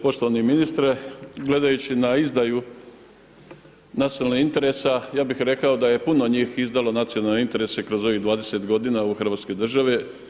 Poštovani ministre, gledajući na izdaju nacionalnih interesa, ja bih rekao da je puno njih izdalo nacionalne interese kroz ovih 20 godina u ovoj hrvatskoj državi.